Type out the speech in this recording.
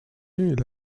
est